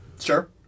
Sure